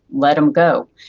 let them go.